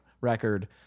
record